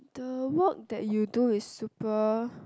the work that you do is super